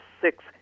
six